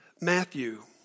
Matthew